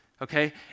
Okay